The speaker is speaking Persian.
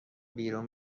بیرون